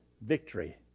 victory